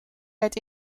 werd